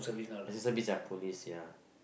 assistant police ya